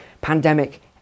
pandemic